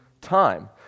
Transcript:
time